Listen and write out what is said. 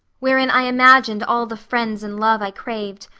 wherein i imagined all the friends and love i craved.